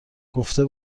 گفته